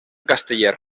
casteller